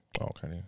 Okay